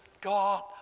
God